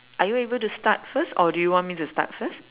are you able to start first or do you want me to start first